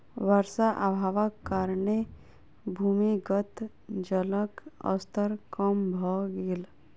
वर्षा अभावक कारणेँ भूमिगत जलक स्तर कम भ गेल